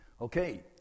Okay